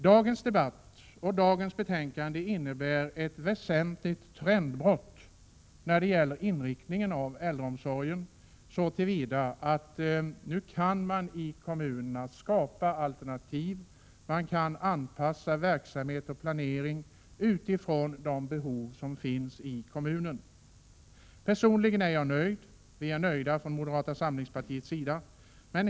Dagens debatt och det betänkande vi behandlar innebär ett väsentligt trendbrott när det gäller inriktningen av äldreomsorgen, så till vida att man nu i kommunerna kan skapa alternativ och anpassa verksamhet och planering utifrån de behov som finns i kommunerna. Vi är nöjda från moderata samlingspartiets sida.